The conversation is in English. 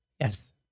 Yes